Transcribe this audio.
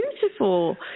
beautiful